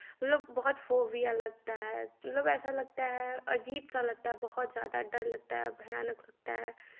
मतलब बहुत फोबिया लगता है मतलब ऐसा लगता है अजीब सा लगता है बहुत ज़्यादा डर लगता है भयानक लगता है